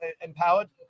empowered